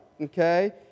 Okay